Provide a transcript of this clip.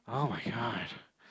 [oh]-my-god